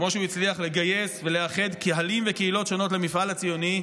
כמו שהוא הצליח לגייס ולאחד קהלים וקהילות שונות למפעל הציוני,